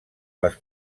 les